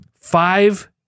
Five